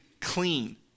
clean